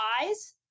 eyes